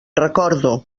recordo